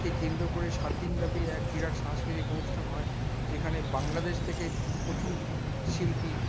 কে কেন্দ্র করে সাত দিন ব্যাপী এক বিরাট সাংস্কৃতিক অনুষ্ঠান হয় যেখানে বাংলাদেশ থেকে প্রচুর শিল্পী